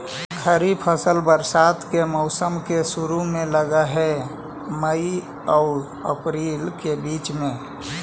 खरीफ फसल बरसात के मौसम के शुरु में लग हे, मई आऊ अपरील के बीच में